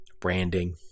branding